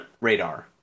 Radar